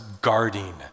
guarding